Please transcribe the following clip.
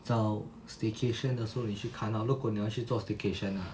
找 staycation 的时候你去看 lah 如果你要去做 staycation lah